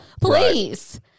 Please